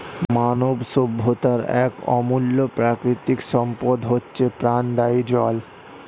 মানব সভ্যতার এক অমূল্য প্রাকৃতিক সম্পদ হচ্ছে প্রাণদায়ী জল